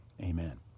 amen